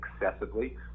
excessively